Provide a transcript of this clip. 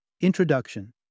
Introduction